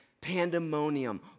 Pandemonium